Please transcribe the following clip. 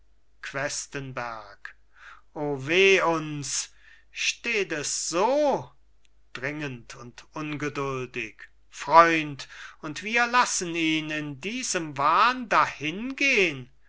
questenberg o weh uns steht es so dringend und ungeduldig freund und wir lassen ihn in diesem wahn dahingehn